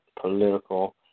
political